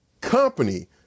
company